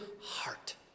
heart